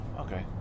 okay